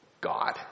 God